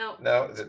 No